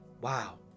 Wow